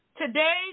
Today